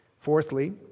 Fourthly